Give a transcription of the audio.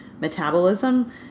metabolism